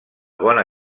bona